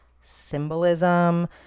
symbolism